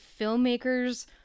filmmakers